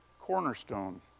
cornerstone